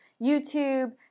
YouTube